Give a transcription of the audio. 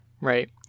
Right